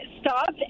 stopped